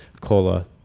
COLA